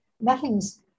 nothing's